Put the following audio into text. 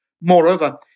Moreover